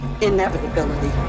inevitability